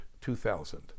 2000